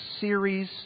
series